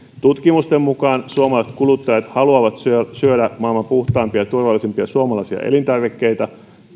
tutkimusten mukaan suomalaiset kuluttajat haluavat syödä syödä maailman puhtaimpia ja turvallisimpia suomalaisia elintarvikkeita